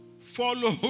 follow